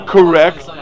Correct